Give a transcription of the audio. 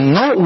no